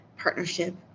partnership